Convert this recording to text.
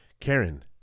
Karen